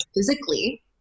physically